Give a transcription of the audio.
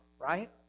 right